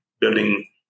building